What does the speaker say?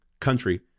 country